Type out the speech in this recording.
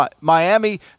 Miami